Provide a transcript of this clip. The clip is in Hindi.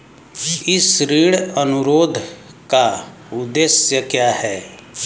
इस ऋण अनुरोध का उद्देश्य क्या है?